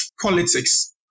politics